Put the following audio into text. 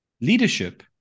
Leadership